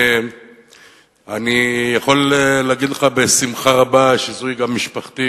אני יכול להגיד לך בשמחה רבה שזוהי גם משפחתי.